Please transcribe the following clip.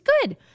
good